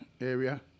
area